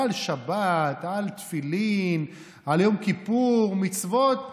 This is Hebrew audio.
על שבת, על תפילין, על יום כיפור, מצוות קדושות,